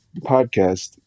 podcast